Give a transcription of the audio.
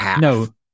No